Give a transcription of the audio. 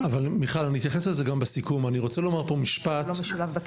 אני אתייחס לזה בסיכום אבל אני רוצה לומר משהו שיפוטי